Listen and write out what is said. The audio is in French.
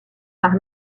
par